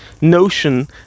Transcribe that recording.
notion